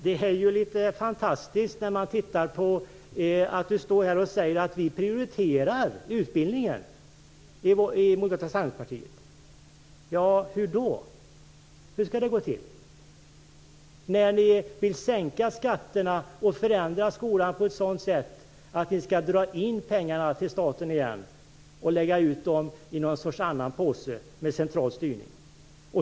Det är litet fantastiskt att Ulf Melin står här och säger att ni prioriterar utbildningen i Moderata samlingspartiet. Hur då? Hur skall det gå till? Ni vill ju sänka skatterna och förändra skolan på ett sådant sätt att ni skall dra in pengarna till staten igen och lägga ut dem i någon sorts annan påse med central styrning.